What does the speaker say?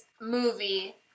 movie